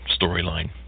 storyline